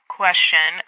question